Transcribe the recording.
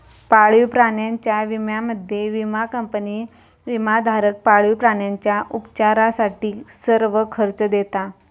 पाळीव प्राण्यांच्या विम्यामध्ये, विमा कंपनी विमाधारक पाळीव प्राण्यांच्या उपचारासाठी सर्व खर्च देता